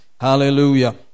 hallelujah